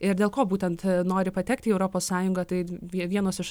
ir dėl ko būtent nori patekti į europos sąjungą tai vienos iš